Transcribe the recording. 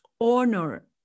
honor